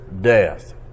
death